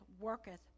worketh